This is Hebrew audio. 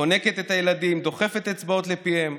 חונקת את הילדים, דוחפת אצבעות לפיהם,